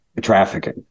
trafficking